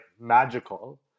magical